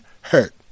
hurt